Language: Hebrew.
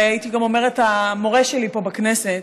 והייתי גם אומרת "המורה שלי פה בכנסת",